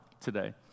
today